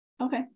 Okay